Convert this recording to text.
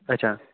اَچھا